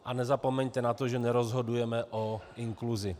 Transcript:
A nezapomeňte na to, že nerozhodujeme o inkluzi.